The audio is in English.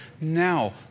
Now